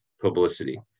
publicity